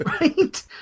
Right